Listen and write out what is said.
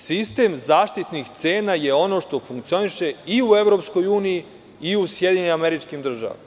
Sistem zaštitnih cena je ono što funkcioniše i u EU i u SAD.